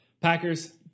Packers